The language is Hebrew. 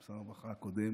שר הרווחה הקודם,